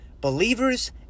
believers